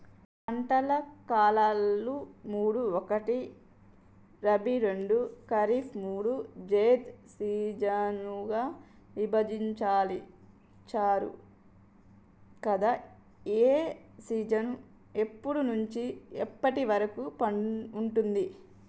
పంటల కాలాలు మూడు ఒకటి రబీ రెండు ఖరీఫ్ మూడు జైద్ సీజన్లుగా విభజించారు కదా ఏ సీజన్ ఎప్పటి నుండి ఎప్పటి వరకు ఉంటుంది?